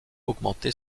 augmenté